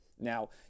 now